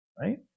right